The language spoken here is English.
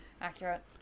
accurate